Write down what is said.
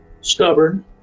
stubborn